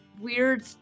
weird